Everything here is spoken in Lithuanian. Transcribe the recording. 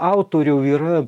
autorių yra